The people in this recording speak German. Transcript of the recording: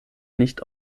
nicht